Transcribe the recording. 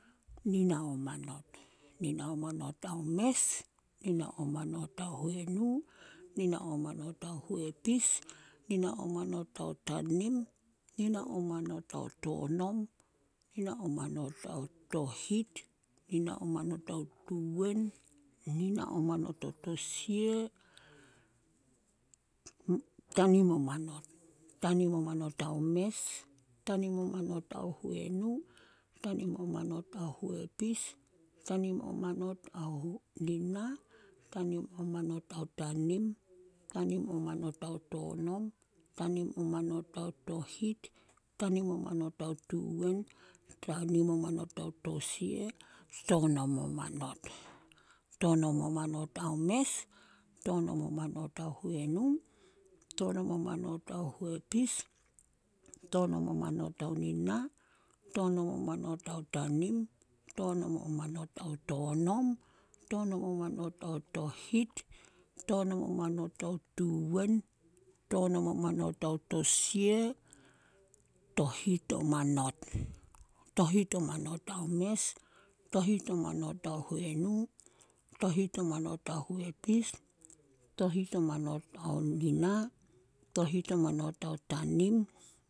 ﻿Nina o manot, nina o manot ao mes, nina o manot ao huenu, nina o manot ao huepis, nina o manot ao tanim, nina o manot ao tonom, nina o manot ao tohit, nina o manot ao tuwen, nina o manot ao tosia, tanim o manot, tanim o maton ao mes, tanim o manot ao huenu tanim o manot ao huepis, tanim o manot ao nina, tanim o manot ao tanim, tanim o manot ao tonom, tanim o manot ao tohit, tanim o manot ao tuwen, tanim o manot ao tosia, tonom o manot. Tonom o manot ao mes, tonon o manot ao huenu, tonom o manot ao huepis, tonom o manot ao nina, tonom o manot ao tanim, tonom o manot ao tonom, tonom o manot ao tohit, tonom o manot ao tuwen, tonom o maton ao tosia, tohit o manot. Tohit o manot ao mes, tohit o manot ao huenu, tohit o manot ao huepis, tohit o manot ao nina, tohit o manot ao tanim.